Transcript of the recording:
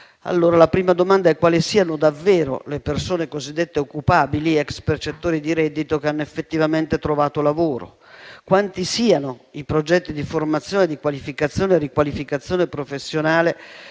cosa vorrei sapere: quali sono davvero le persone cosiddette occupabili, ex percettori di reddito, che hanno effettivamente trovato lavoro. Inoltre, quanti sono i progetti di formazione, di qualificazione e riqualificazione professionale